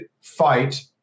fight